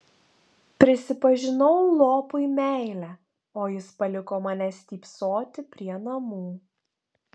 prisipažinau lopui meilę o jis paliko mane stypsoti prie namų